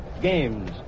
games